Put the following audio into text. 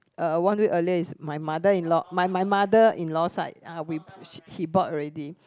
uh one week earlier is my mother-in-law my my mother-in-law side ah we she he bought already